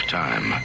time